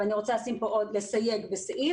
אבל אני רוצה לסייג בסעיף,